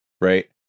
right